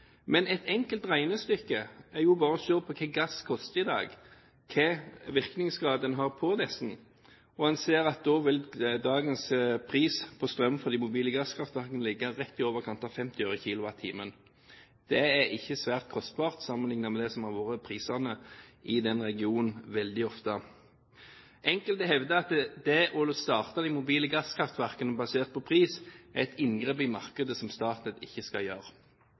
Men et enkelt regnestykke er jo bare å se på hva gass koster i dag, og hvilken virkningsgrad en har på dette. En ser at da vil dagens pris på strøm fra de mobile gasskraftverkene ligge rett i overkant av 50 øre/kWt. Det er ikke svært kostbart sammenlignet med det som veldig ofte har vært prisene i den regionen. Enkelte hevder at det å starte de mobile gasskraftverkene basert på pris er et inngrep i markedet som staten ikke skal gjøre.